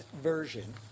version